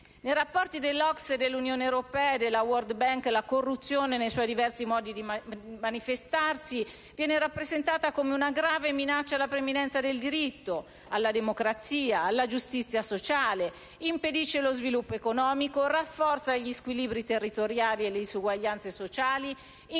Nei rapporti dell'OCSE, dell'Unione europea e della World Bank la corruzione, nei suoi diversi modi di manifestarsi, viene rappresentata come una grave minaccia alla preminenza del diritto, alla democrazia, alla giustizia sociale; impedisce lo sviluppo economico, rafforza gli squilibri territoriali e le disuguaglianze sociali,